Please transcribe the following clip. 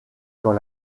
quand